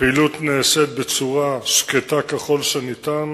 הפעילות נעשית בצורה שקטה ככל שניתן,